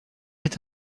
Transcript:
est